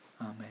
Amen